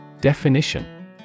Definition